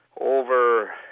over